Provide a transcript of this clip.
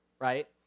right